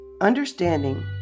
Understanding